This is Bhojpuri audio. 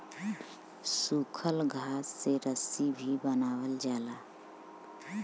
सूखल घास से रस्सी भी बनावल जाला